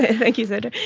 thank you sandra.